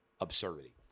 absurdity